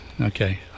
Okay